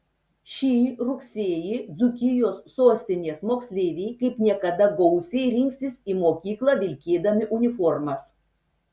šį rugsėjį dzūkijos sostinės moksleiviai kaip niekada gausiai rinksis į mokyklą vilkėdami uniformas